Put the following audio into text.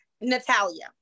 Natalia